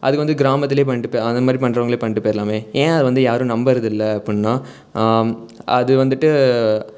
அதுக்கு வந்து கிராமத்துலேயே பண்ணிகிட்டு அது மாரி பண்ணுறவுங்களே பண்ணிகிட்டு போயிடலாமே ஏன் அதை வந்து யாரும் நம்புவது இல்லை அப்படின்னா அது வந்துட்டு